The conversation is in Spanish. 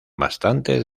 bastantes